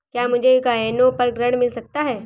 क्या मुझे गहनों पर ऋण मिल सकता है?